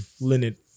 Linnet